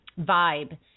vibe